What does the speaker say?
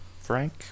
Frank